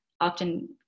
often